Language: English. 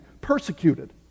persecuted